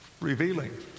revealing